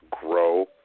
grow